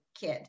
kid